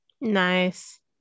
nice